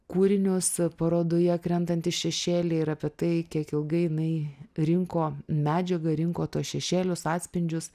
kūrinius parodoje krentantys šešėliai ir apie tai kiek ilgai jinai rinko medžiagą rinko tuos šešėlius atspindžius